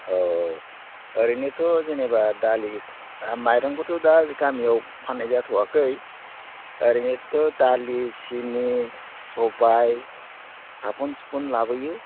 औ औरैनोथ' जेनेबा दालि माइरंखौथ' दा गामियाव फाननाय जाथ'वाखै ओरैनोथ' दालि सिनि सबाय साबुन सुबन लाबोयो